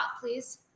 please